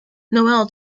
noel